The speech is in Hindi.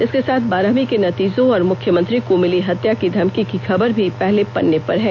इसके साथ बारहवीं के नतीजों और मुख्यमंत्री को मिली हत्या की धमकी की खबर भी पहले पन्ने पर है